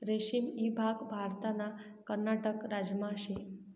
रेशीम ईभाग भारतना कर्नाटक राज्यमा शे